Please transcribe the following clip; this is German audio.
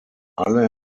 alle